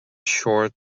short